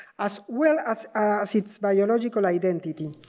as well as as its biological identity.